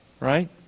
right